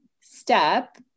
step